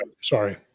Sorry